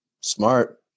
Smart